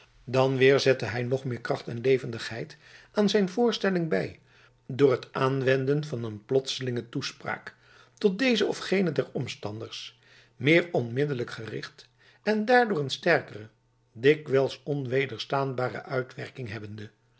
dan weer zette hij nog meer kracht en levendigheid aan zijn voorstelling bij door het aanwenden van een plotselinge toespraak tot dezen of genen der omstanders meer onmiddellijk gericht en daardoor een sterkere dikwijls onwederstaanbare uitwerking hebbende